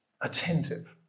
attentive